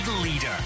leader